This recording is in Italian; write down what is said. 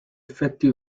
effetti